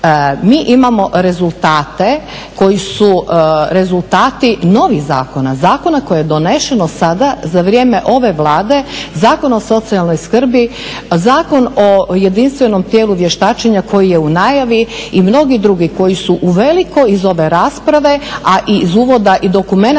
mi imamo rezultate koji su rezultati novih zakona, zakona koji su doneseni sada za vrijeme ove Vlade. Zakon o socijalnoj skrbi, Zakon o jedinstvenom tijelu vještačenja koji je u najavi i mnogi drugi koji su uveliko iz ove rasprave, a i iz uvoda i dokumenata